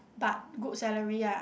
but good salary ah